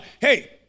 Hey